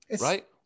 right